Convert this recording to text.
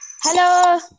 Hello